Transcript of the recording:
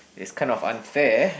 it's kind of unfair